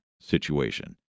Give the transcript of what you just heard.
situation